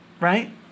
right